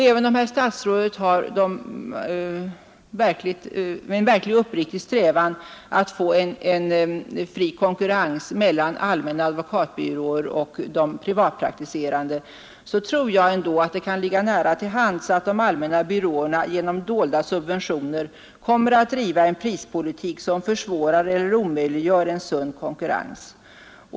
Även om herr statsrådet uppriktigt strävar efter att det skall bli en fri konkurrens mellan allmänna advokatbyråer och de privatpraktiserande, tror jag ändå att det ligger nära till hands att de allmänna byråerna genom dolda subventioner kommer att driva en prispolitik som försvårar eller omöjliggör en sund konkurrens.